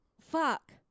Fuck